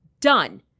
done